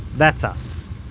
that's us,